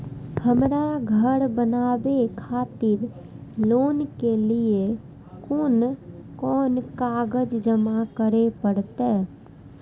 हमरा घर बनावे खातिर लोन के लिए कोन कौन कागज जमा करे परते?